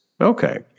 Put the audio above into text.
Okay